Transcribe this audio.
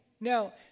Now